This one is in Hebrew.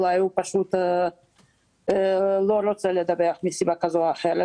אולי הוא פשוט לא רוצה לדווח מסיבה כזו או אחרת.